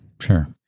Sure